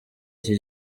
iki